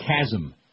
chasm